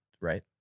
right